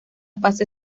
fase